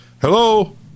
Hello